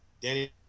Danny